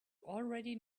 already